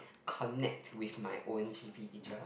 connect with my own g_p teacher